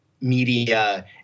media